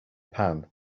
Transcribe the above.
pan